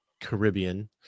Caribbean